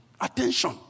Attention